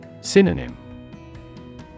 Synonym